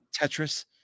Tetris